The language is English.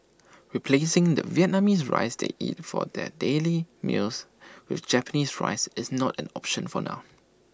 replacing the Vietnamese rice they eat for their daily meals with Japanese rice is not an option for now